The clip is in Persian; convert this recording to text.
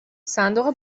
صندوق